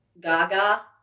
Gaga